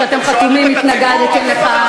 שאתם חתומים והתנגדתם לכך,